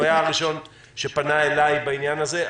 הוא היה הראשון שפנה אליי בעניין הזה.